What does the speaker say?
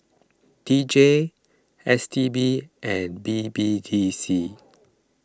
D J S T B and B B D C